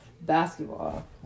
basketball